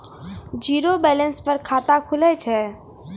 Zero balance पर खाता खुले छै?